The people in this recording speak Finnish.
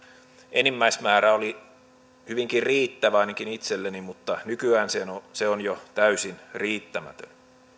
enimmäismäärä oli hyvinkin riittävä ainakin itselleni mutta nykyään se on jo täysin riittämätön